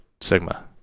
sigma